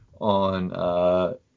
on –